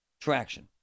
traction